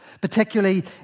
particularly